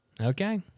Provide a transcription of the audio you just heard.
okay